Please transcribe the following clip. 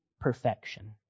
perfection